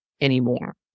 anymore